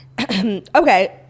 okay